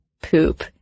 Poop